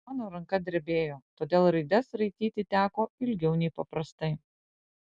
mano ranka drebėjo todėl raides raityti teko ilgiau nei paprastai